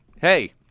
Hey